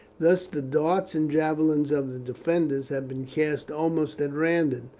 thus the darts and javelins of the defenders had been cast almost at random,